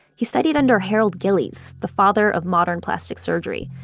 he studied under harold gillies, the father of modern plastic surgery,